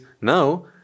now